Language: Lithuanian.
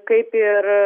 kaip ir